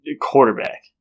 Quarterback